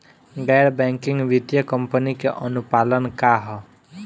गैर बैंकिंग वित्तीय कंपनी के अनुपालन का ह?